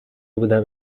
بودم